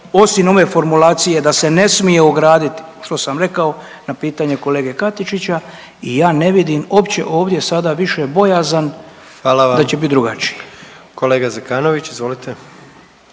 osim ove formulacije da se ne smije ograditi, što sam rekao na pitanje kolege Katičića i ja ne vidim uopće ovdje sada više bojazan .../Upadica: Hvala vam./... da će biti